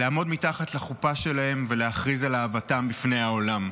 לעמוד מתחת לחופה שלהם ולהכריז על אהבתם בפני העולם.